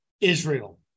Israel